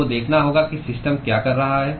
आपको देखना होगा कि सिस्टम क्या कर रहा है